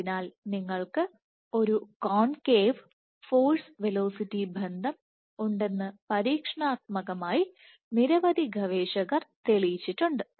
അതിനാൽ നിങ്ങൾക്ക് ഒരു കോൺകേവ് ഫോഴ്സ് വെലോസിറ്റി ബന്ധം ഉണ്ടെന്ന് പരീക്ഷണാത്മകമായി നിരവധി ഗവേഷകർ തെളിയിച്ചിട്ടുണ്ട്